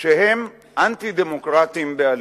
שהם אנטי-דמוקרטיים בעליל.